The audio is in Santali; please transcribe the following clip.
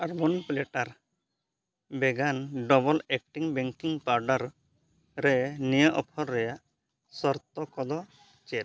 ᱟᱨᱵᱚᱱ ᱯᱞᱮᱴᱟᱨ ᱵᱷᱮᱜᱟᱱ ᱰᱚᱵᱚᱞ ᱮᱠᱴᱤᱝ ᱵᱮᱠᱤᱝ ᱯᱟᱣᱰᱟᱨ ᱨᱮ ᱱᱤᱭᱟᱹ ᱚᱯᱷᱟᱨ ᱨᱮᱭᱟᱜ ᱥᱚᱨᱛᱚ ᱠᱚᱫᱚ ᱪᱮᱫ